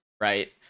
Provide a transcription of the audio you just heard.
right